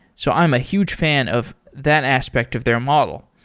so i'm a huge fan of that aspect of their model.